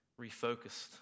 refocused